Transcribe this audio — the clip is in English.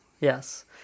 yes